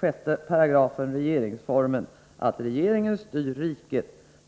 6 § regeringsformen står: ”Regeringen styr riket.